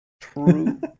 True